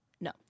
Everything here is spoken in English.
No